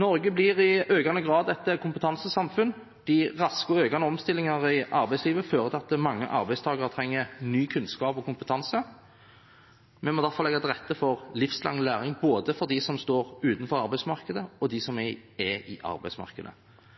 Norge blir i økende grad et kompetansesamfunn. Raske og økende omstillinger i arbeidslivet fører til at mange arbeidstakere trenger ny kunnskap og kompetanse. Vi må derfor legge til rette for livslang læring både for dem som står utenfor arbeidsmarkedet, og for dem som er i arbeidsmarkedet. Både bedrifter og offentlige virksomheter er